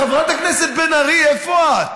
חברת הכנסת בן ארי, איפה את?